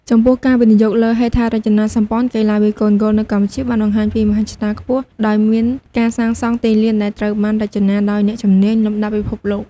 ចំពោះ ការវិនិយោគលើហេដ្ឋារចនាសម្ព័ន្ធកីឡាវាយកូនហ្គោលនៅកម្ពុជាបានបង្ហាញពីមហិច្ឆតាខ្ពស់ ដោយមានការសាងសង់ទីលានដែលត្រូវបានរចនាដោយអ្នកជំនាញលំដាប់ពិភពលោក